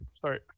Sorry